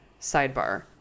Sidebar